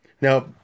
now